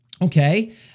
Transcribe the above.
Okay